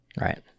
right